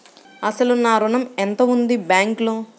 అసలు నా ఋణం ఎంతవుంది బ్యాంక్లో?